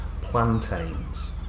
plantains